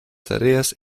tareas